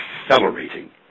accelerating